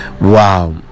Wow